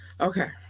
Okay